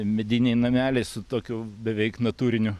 mediniai nameliai su tokiu beveik natūriniu